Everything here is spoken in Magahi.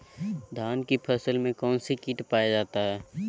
धान की फसल में कौन सी किट पाया जाता है?